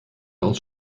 aus